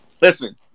Listen